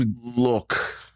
look